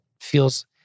feels